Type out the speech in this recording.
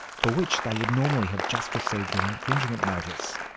for which they would normally have just received an infringement notice.